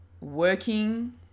working